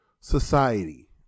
society